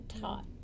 taught